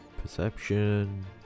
Perception